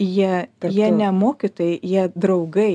jie jie ne mokytojai jie draugai